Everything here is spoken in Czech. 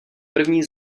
první